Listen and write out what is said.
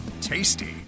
tasty